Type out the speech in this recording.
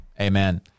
Amen